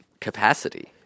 capacity